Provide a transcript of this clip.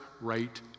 right